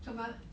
什么